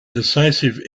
decisive